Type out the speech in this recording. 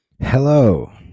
hello